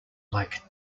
like